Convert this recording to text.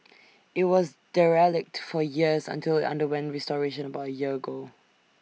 IT was derelict for years until IT underwent restoration about A year ago